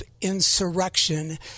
insurrection